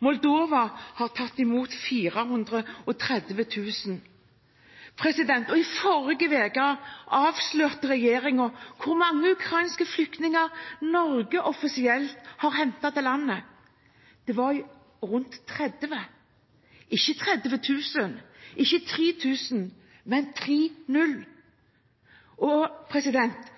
Moldova har tatt imot 430 000. I forrige uke avslørt i regjeringen hvor mange ukrainske flyktninger Norge offisielt har hentet til landet. Det var rundt 30 – ikke 30 000, ikke 3 000, men tre null. Og